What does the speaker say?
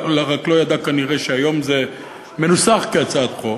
הוא רק לא ידע כנראה שהיום זה מנוסח כהצעת חוק.